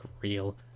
real